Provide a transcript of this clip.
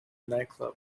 nightclub